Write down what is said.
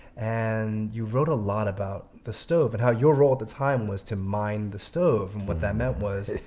and you wrote a lot about the stove and how your role at the time was to mind the stove, and what that meant was